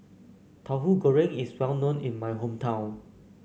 Tahu Goreng is well known in my hometown